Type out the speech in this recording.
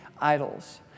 idols